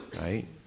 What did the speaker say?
right